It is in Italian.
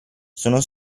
sono